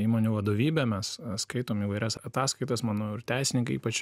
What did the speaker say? įmonių vadovybe mes skaitom įvairias ataskaitas manau ir teisininkai ypač